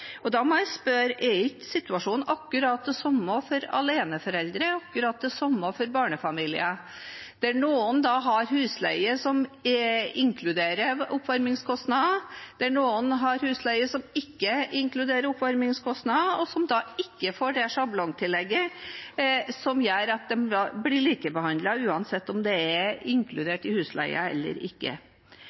Da må jeg spørre: Er ikke situasjonen akkurat den samme for aleneforeldre og for barnefamilier, der noen har husleie som inkluderer oppvarmingskostnader, og noen har husleie som ikke inkluderer oppvarmingskostnader – og som da ikke får det sjablongtillegget som gjør at de blir likebehandlet, uansett om det er inkludert i husleien eller ikke?